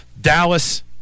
Dallas